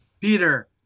peter